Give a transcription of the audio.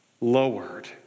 lowered